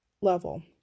level